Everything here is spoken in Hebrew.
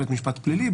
בית משפט פלילי,